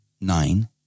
nine